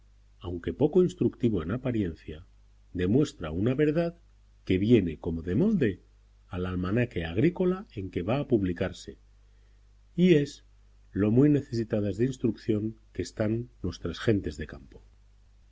aunque poco instructivo en apariencia demuestra una verdad que viene como de molde al almanaque agrícola en que va a publicarse y es lo muy necesitadas de instrucción que están nuestras gentes de campo